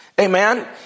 Amen